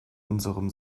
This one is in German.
unserem